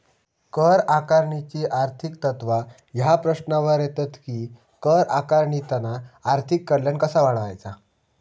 कर आकारणीची आर्थिक तत्त्वा ह्या प्रश्नावर येतत कि कर आकारणीतना आर्थिक कल्याण कसा वाढवायचा?